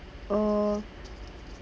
uh